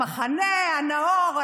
המחנה הנאור,